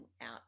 out